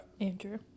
Andrew